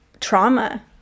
trauma